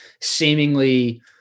seemingly